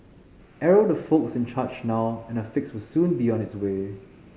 arrow the folks in charge now and a fix will soon be on its way